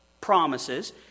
promises